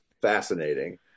fascinating